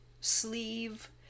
sleeve